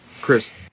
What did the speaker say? Chris